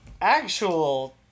actual